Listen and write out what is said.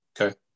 okay